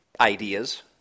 ideas